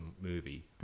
movie